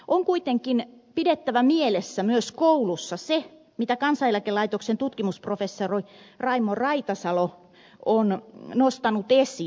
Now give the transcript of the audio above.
on kuitenkin pidettävä mielessä myös koulussa se mitä kansaneläkelaitoksen tutkimusprofessori raimo raitasalo on nostanut esiin